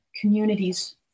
communities